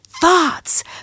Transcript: thoughts